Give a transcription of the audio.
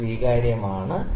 3 സ്വീകാര്യമാണ് ശരി 0